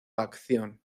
acción